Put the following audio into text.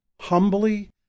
humbly